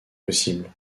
possible